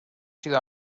sido